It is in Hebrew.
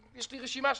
ויש לי רשימה שלמה,